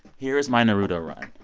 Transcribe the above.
here's my naruto run.